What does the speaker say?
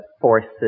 forces